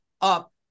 up